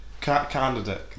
Candidate